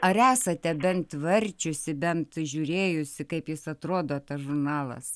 ar esate bent varčiusi bent žiūrėjusi kaip jis atrodo tas žurnalas